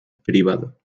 privado